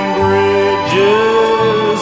bridges